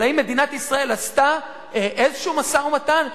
אבל האם מדינת ישראל עשתה איזשהו משא-ומתן?